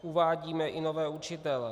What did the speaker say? Uvádíme i nové učitele.